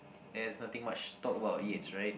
there is nothing much talk about Yates right